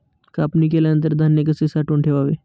कापणी केल्यानंतर धान्य कसे साठवून ठेवावे?